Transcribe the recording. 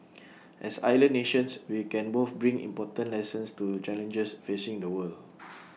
as island nations we can both bring important lessons to challenges facing the world